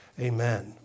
Amen